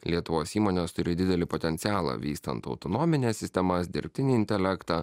lietuvos įmonės turi didelį potencialą vystant autonomines sistemas dirbtinį intelektą